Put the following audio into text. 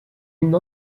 une